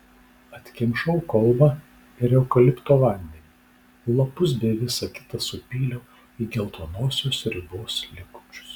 atkimšau kolbą ir eukalipto vandenį lapus bei visa kita supyliau į geltonosios sriubos likučius